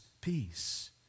peace